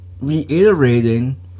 reiterating